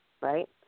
right